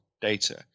data